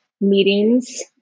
meetings